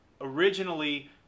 originally